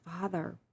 Father